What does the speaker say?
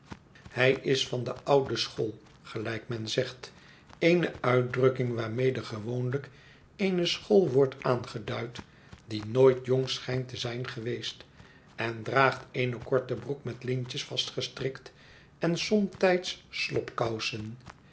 hij is van de oude school gelijk men zegt eene uitdrukking waarmede gewoonlijk eene school wordt aangeduid die nooit jong schijnt te zijn geweest en draagt eene korte broek met lintjes vastgestrikt en